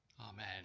Amen